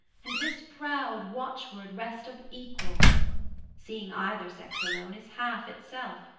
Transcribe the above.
and this proud watchword rest of equal seeing either sex alone is half itself,